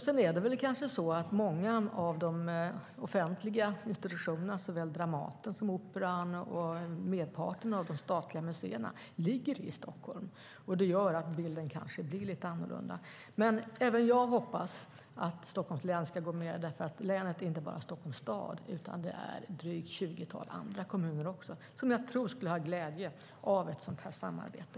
Sedan är det kanske så att många av de offentliga institutionerna, såväl Dramaten som Operan och merparten av de statliga museerna, ligger i Stockholm. Det gör att bilden kanske blir lite annorlunda. Men även jag hoppas att Stockholms län ska gå med, därför att länet inte bara är Stockholms stad, utan det är ett 20-tal andra kommuner också som jag tror skulle ha glädje av ett sådant här samarbete.